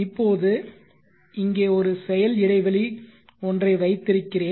இப்போது இங்கே ஒரு செயல் இடைவெளி ஒன்றை வைத்திருக்கிறேன்